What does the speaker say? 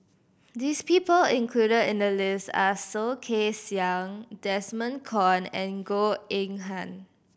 this people included in the list are Soh Kay Siang Desmond Kon and Goh Eng Han